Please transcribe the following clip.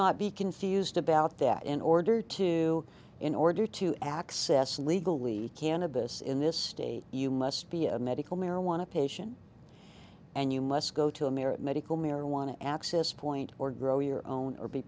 not be confused about that in order to in order to access legally cannabis in this state you must be a medical marijuana patient and you must go to a marriage medical marijuana access point or grow your own or be